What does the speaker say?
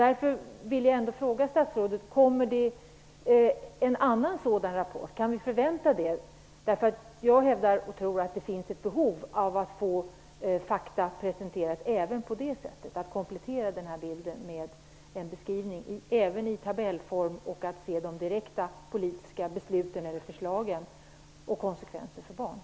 Därför vill jag ändå fråga statsrådet: Kan vi förvänta att det kommer en annan sådan rapport? Jag tror att det finns ett behov av att få fakta presenterade, dvs. en beskrivning även i tabellform så att man kan se de direkta konsekvenserna av de politiska besluten och förslagen.